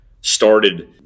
started